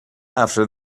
after